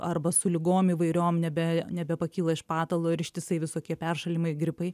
arba su ligom įvairiom nebe nebepakyla iš patalo ir ištisai visokie peršalimai gripai